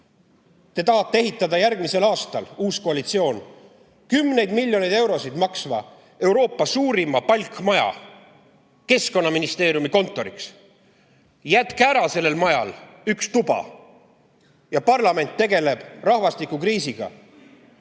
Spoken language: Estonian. te tahate ehitada järgmisel aastal kümneid miljoneid eurosid maksva Euroopa suurima palkmaja Keskkonnaministeeriumi kontoriks. Jätke sellel majal üks tuba tegemata ja parlament saab rahvastikukriisiga